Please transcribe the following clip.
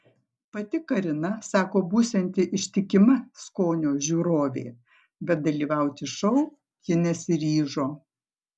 pati karina sako būsianti ištikima skonio žiūrovė bet dalyvauti šou ji nesiryžo